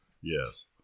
Yes